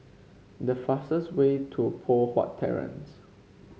the fastest way to Poh Huat Terrace